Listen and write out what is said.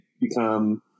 become